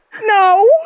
No